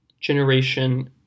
Generation